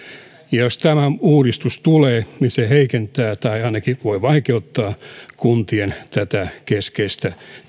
jos tällainen uudistus tulee niin se heikentää tai ainakin voi vaikeuttaa tätä kuntien keskeistä